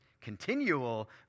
continual